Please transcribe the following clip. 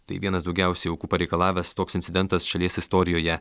tai vienas daugiausiai aukų pareikalavęs toks incidentas šalies istorijoje